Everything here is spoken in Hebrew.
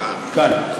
כאן.